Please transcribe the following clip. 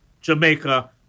Jamaica